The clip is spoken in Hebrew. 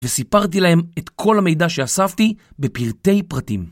וסיפרתי להם את כל המידע שאספתי בפרטי פרטים.